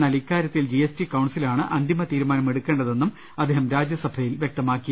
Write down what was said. എന്നാൽ ഇക്കാരൃത്തിൽ ജിഎസ്ടി കൌൺസിലാണ് അന്തിമ തീരുമാനം എടുക്കേണ്ടതെന്നും അദ്ദേഹം രാജ്യ സഭയിൽ വ്യക്തമാക്കി